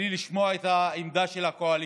בלי לשמוע את העמדה של הקואליציה,